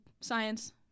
science